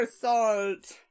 salt